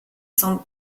semble